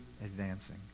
advancing